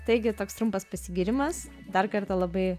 taigi toks trumpas pasigyrimas dar kartą labai